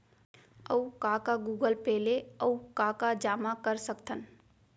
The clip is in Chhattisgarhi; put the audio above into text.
अऊ का का गूगल पे ले अऊ का का जामा कर सकथन?